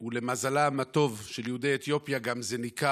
ולמזלם הטוב של יהודי אתיופיה זה גם ניכר,